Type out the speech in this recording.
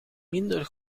minder